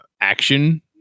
action